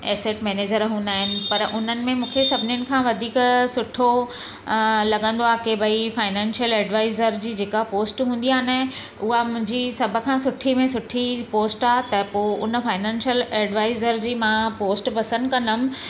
asset manager हूंदा आहिनि पर उन्हनि में मूंखे सभिनीनि खां वधीक सुठो अ लॻंदो आहे के भई फाइनैंशियल एडवाइज़र जी जेका पोस्ट हूंदी आहे न उहा मुंहिंजी सभु खां सुठी में सुठी पोस्ट आहे त पोइ उन फाइनैंशियल एडवाइज़र जी मां पोस्ट पसंदि कंदमि